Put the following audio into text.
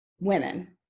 women